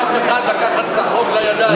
שאסור לאף אחד לקחת את החוק לידיים.